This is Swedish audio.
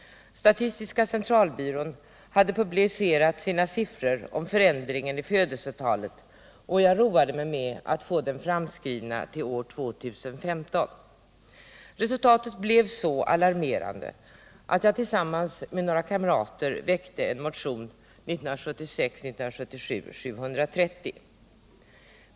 Statistiska centralbyrån hade publicerat sina siffror om förändringen i födelsetalet, och jag roade mig med att få dem framskrivna till år 2015. Resultatet blev så alarmerande att jag tillsammans med några kamrater väckte en motion, 1976/77:730.